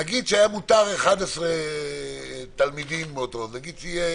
נניח שהיה מותר 11 תלמידים, אם מחר יהיה